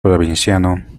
provinciano